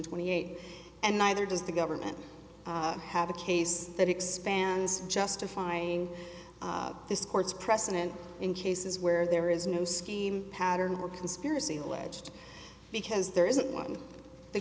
twenty eight and neither does the government have a case that expands justifying this court's precedent in cases where there is no scheme pattern or conspiracy alleged because there isn't one the